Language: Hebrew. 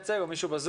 מתי יהיו הפתרונות?